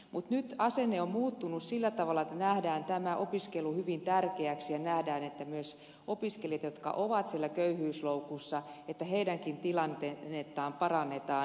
mutta nyt asenne on muuttunut sillä tavalla että nähdään tämä opiskelu hyvin tärkeäksi ja nähdään että myös opiskelijoiden jotka ovat siellä köyhyysloukussa tilannetta parannetaan